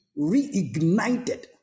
reignited